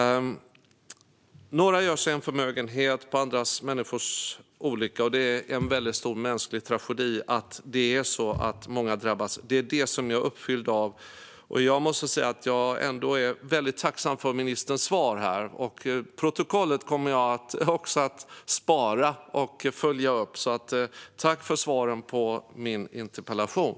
Några gör sig en förmögenhet på andra människors olycka, och det är en stor mänsklig tragedi att många drabbas. Det är jag uppfylld av. Jag måste säga att jag är väldigt tacksam för ministerns svar. Protokollet kommer jag att spara och följa upp. Tack för svaren på min interpellation!